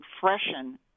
freshen